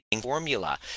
formula